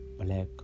black